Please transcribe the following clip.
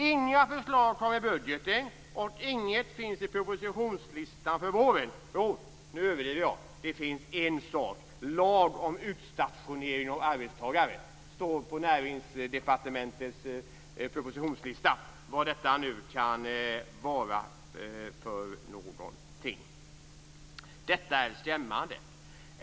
Inga förslag kom i budgeten, och inget finns i propositionslistan för våren. Nu överdriver jag. Det finns en sak: lag om utstationering av arbetstagare. Det står på Näringsdepartementets propositionslista, vad det nu kan vara för någonting. Detta är skrämmande.